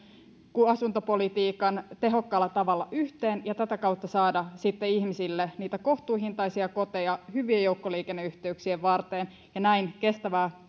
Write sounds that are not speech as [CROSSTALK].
ja asuntopolitiikan tehokkaalla tavalla yhteen ja tätä kautta saada sitten ihmisille niitä kohtuuhintaisia koteja hyvien joukkoliikenneyhteyksien varrelle ja näin kestävää [UNINTELLIGIBLE]